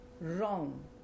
Wrong